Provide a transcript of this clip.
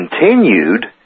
continued